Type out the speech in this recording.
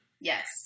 Yes